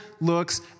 looks